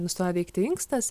nustojo veikti inkstas